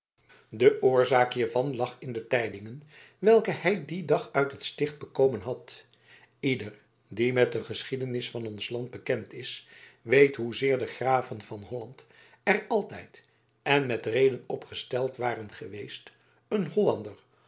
de oorzaak hiervan lag in de tijdingen welke hij dien dag uit het sticht bekomen had ieder die met de geschiedenis van ons land bekend is weet hoezeer de graven van holland er altijd en met reden op gesteld waren geweest een hollander